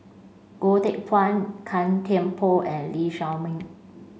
Goh Teck Phuan Gan Thiam Poh and Lee Shao Meng